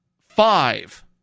five